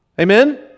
amen